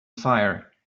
fire